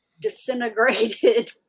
disintegrated